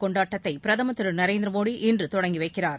கொண்டாட்டத்தை பிரதமர் திரு நரேந்திர மோடி இன்று தொடங்கி வைக்கிறார்